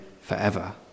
forever